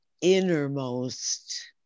innermost